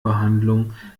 behandlung